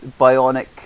bionic